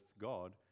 God